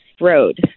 road